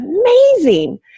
amazing